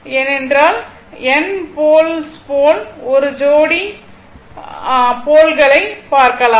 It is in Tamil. ஏனென்றால் N போல் S போல் ஒரு ஜோடி போல் களை பார்க்கலாம்